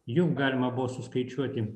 jų galima buvo suskaičiuoti